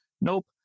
Nope